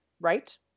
right